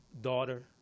daughter